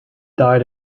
died